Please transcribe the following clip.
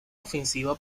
ofensiva